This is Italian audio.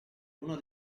uno